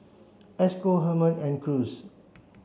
Esco Hermon and Cruz